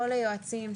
פה ליועצים,